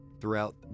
throughout